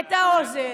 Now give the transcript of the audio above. את האוזן.